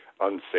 unsafe